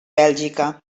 bèlgica